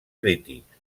crítics